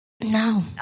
No